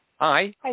Hi